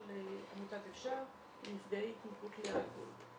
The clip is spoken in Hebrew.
עמותת "אפשר" לנפגעי התמכרות לאלכוהול,